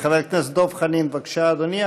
חבר הכנסת דב חנין, בבקשה, אדוני.